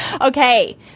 Okay